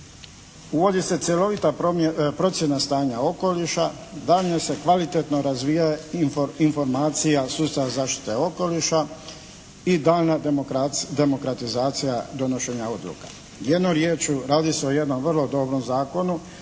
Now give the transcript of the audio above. Uvodi se cjelovita procjena stanja okoliša, dalje se kvalitetno razvija informacija sustav zaštite okoliša i daljnja demokratizacija donošenja odluka. Jednom riječju radi se o jednom vrlo dobrom zakona